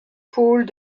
pôles